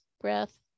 breath